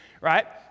right